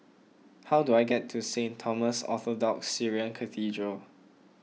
how do I get to Saint Thomas Orthodox Syrian Cathedral